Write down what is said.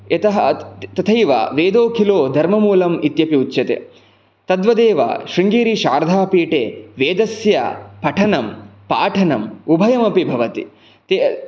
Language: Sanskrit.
यतः तथैव वेदोखिलो धर्ममूलम् इत्यपि उच्यते तद्वदेव शृङ्गेरीशारदापीटे वेदस्य पठनं पाठनम् उभयमपि भवति ते